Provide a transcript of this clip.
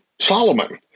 Solomon